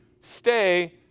stay